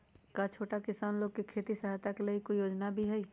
का छोटा किसान लोग के खेती सहायता के लगी कोई योजना भी हई?